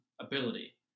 ability